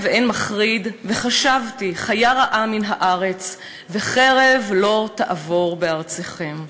ואין מחריד והשבַּתי חיה רעה מן הארץ וחרב לא תעבֹר בארצכם".